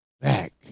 back